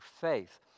faith